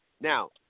now